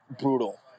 brutal